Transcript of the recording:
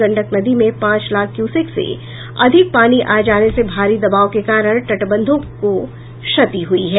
गंडक नदी में पांच लाख क्यूसेक से अधिक पानी आ जाने से भारी दबाव के कारण तटबंधों को क्षति हुई है